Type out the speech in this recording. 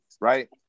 right